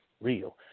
real